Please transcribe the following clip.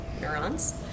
Neurons